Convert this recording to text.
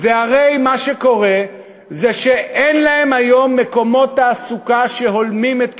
והרי מה שקורה זה שאין להם היום מקומות תעסוקה שהולמים את כישוריהם.